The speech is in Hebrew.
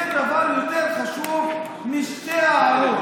זה דבר יותר חשוב משתי ההערות.